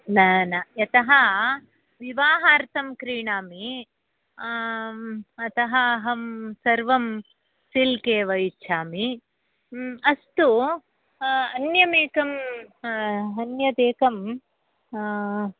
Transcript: न न यतः विवाहार्थं क्रीणामि अतः अहं सर्वं सिल्क् एव इच्छामि अस्तु अन्यमेकं अन्यदेकं